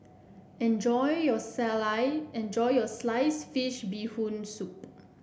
enjoy you enjoy your slice fish Bee Hoon Soup